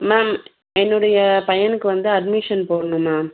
ma'am என்னுடைய பையனுக்கு வந்து அட்மிஷன் போடணும் மேம்